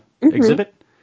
exhibit